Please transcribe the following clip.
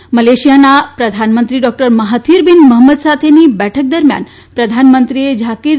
કર્યા હતા મલેશિયાના પ્રધાનમંત્રી ડોમહાથીર બીન મહંમદ સાથેની બેઠક દરમ્યાન પ્રધાનમંત્રીએ ઝાકીર